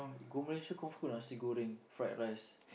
go Malaysia good food nasi-goreng fried rice